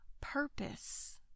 purpose